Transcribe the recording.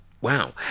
wow